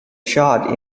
shot